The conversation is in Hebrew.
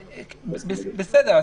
בסדר,